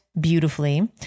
beautifully